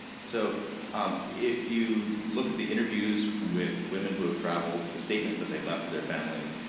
so if you look at the interviews with women who have traveled, the statements that they left to their families,